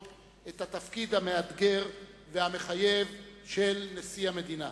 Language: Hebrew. את התפקיד המאתגר והמחייב של נשיא המדינה.